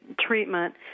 treatment